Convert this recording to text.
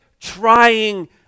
trying